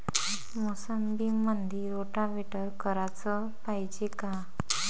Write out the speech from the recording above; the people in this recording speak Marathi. मोसंबीमंदी रोटावेटर कराच पायजे का?